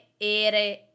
ere